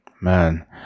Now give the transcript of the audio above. man